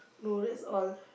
no that's all